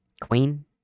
Queen